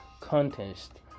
contest